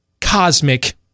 cosmic